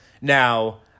Now